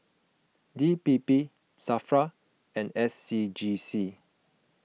D P P Safra and S C G C